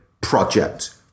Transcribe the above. project